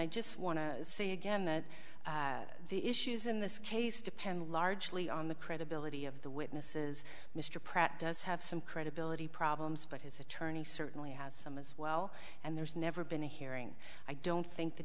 i just want to say again that the issues in this case depend largely on the credibility of the witnesses mr pratt does have some credibility problems but his attorney certainly has some as well and there's never been a hearing i don't think the